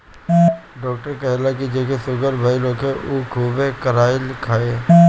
doctor कहेला की जेके सुगर भईल होखे उ खुबे करइली खाए